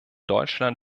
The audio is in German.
deutschland